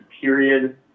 period